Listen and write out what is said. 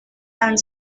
aan